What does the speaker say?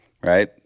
right